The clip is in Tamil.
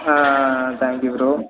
ah thank you bro